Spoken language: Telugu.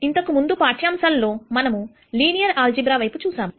ఇంతకుముందు పాఠ్యాంశాల్లో మనము లీనియర్ ఆల్జీబ్రా వైపు చూశాము